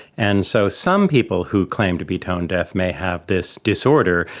and so some people who claim to be tone deaf may have this disorder,